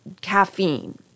caffeine